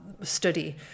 study